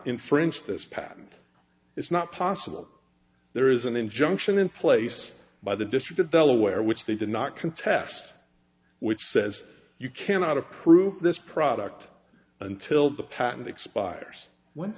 infringe this patent is not possible there is an injunction in place by the district of delaware which they did not contest which says you cannot approve this product until the patent expires